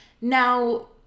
Now